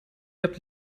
heb